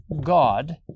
God